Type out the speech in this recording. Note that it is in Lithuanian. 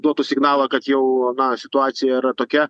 duotų signalą kad jau na situacija yra tokia